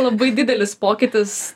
labai didelis pokytis